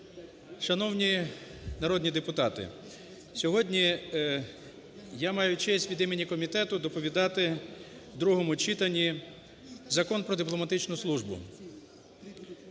Шановні народні депутати, сьогодні я маю честь від імені комітету доповідати в другому читанні Закон про дипломатичну службу.